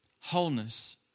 wholeness